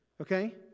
okay